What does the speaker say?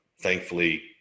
Thankfully